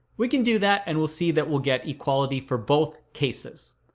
we can do that and we'll see that we'll get equality for both cases.